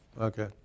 Okay